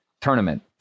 tournament